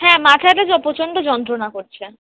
হ্যাঁ মাথাটা য প্রচণ্ড যন্ত্রণা করছে